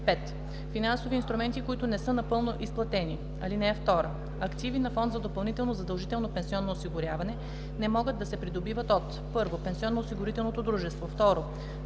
5. финансови инструменти, които не са напълно изплатени. (2) Активи на фонд за допълнително задължително пенсионно осигуряване не могат да се придобиват от: 1. пенсионноосигурителното дружество; 2.